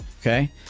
okay